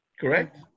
Correct